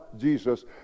Jesus